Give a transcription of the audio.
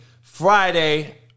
Friday